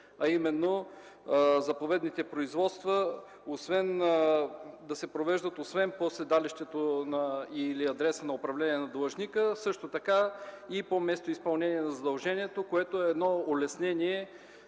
а именно заповедните производства да се провеждат, освен по седалището или адреса на управление на длъжника, също така и по местоизпълнение на задължението, което е улеснение